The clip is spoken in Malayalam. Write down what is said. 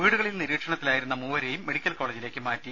വീടുകളിൽ നിരീക്ഷണത്തിലായിരുന്ന മൂവരേയും മെഡിക്കൽ കോളേജിലേക്ക് മാറ്റി